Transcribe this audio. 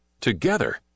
Together